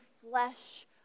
flesh